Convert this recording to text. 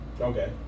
Okay